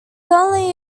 only